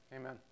amen